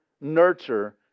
nurture